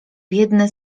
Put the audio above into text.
biedny